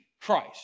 Christ